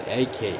ak